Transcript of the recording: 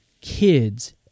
kids